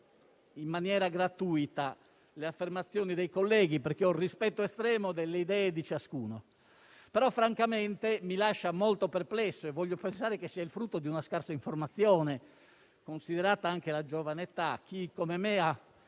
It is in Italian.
in maniera gratuita le affermazioni dei colleghi, perché ho rispetto estremo delle idee di ciascuno, ma francamente mi lasciano molto perplesso e voglio pensare siano il frutto di una scarsa informazione, considerata anche la giovane età. Chi come me ha